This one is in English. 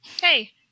Hey